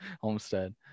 Homestead